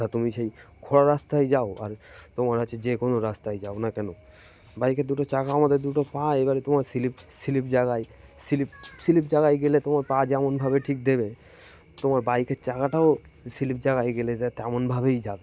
তা তুমি সেই খোঁড়া রাস্তায় যাও আর তোমার আছে যে কোনো রাস্তায় যাও না কেন বাইকের দুটো চাকা আমাদের দুটো পা এবারে তোমার স্লিপ স্লিপ জায়গায় স্লিপ স্লিপ জায়গায় গেলে তোমার পা যেমনভাবে ঠিক দেবে তোমার বাইকের চাকাটাও স্লিপ জায়গায় গেলে দে তেমনভাবেই যাবে